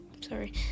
Sorry